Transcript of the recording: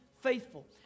faithful